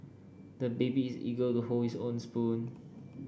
the baby is eager to hold his own spoon